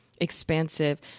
expansive